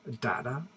data